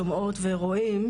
שומעות ורואים,